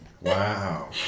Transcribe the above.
Wow